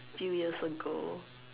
few years ago